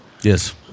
Yes